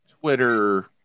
Twitter